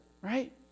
right